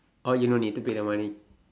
or you no need to pay the money